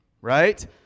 right